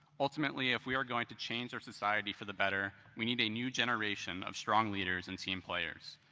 ultimately, if we are going to change our society for the better, we need a new generation of strong leaders and team players.